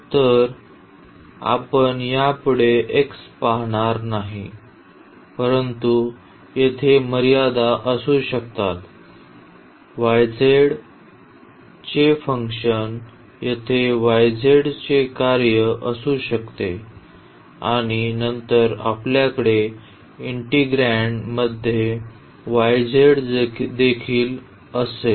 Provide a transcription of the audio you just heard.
तर आपण यापुढे x पाहणार नाही परंतु येथे मर्यादा असू शकतात y z चे फंक्शन येथे y z चे कार्य असू शकते आणि नंतर आपल्याकडे इंटिग्रेन्ड मध्ये y z देखील असेल